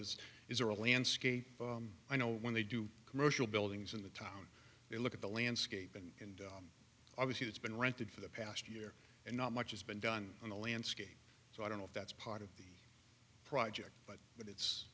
is is there a landscape i know when they do commercial buildings in the town they look at the landscape and and obviously it's been rented for the past year and not much has been done on the landscape so i don't know if that's part of the project but but it's